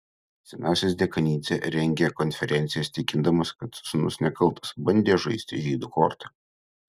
senasis dekanidzė rengė konferencijas tikindamas kad sūnus nekaltas bandė žaisti žydų korta